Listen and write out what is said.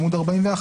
בעמוד 41,